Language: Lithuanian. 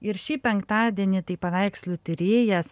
ir šį penktadienį tai paveikslų tyrėjas